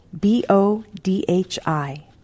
B-O-D-H-I